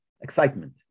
excitement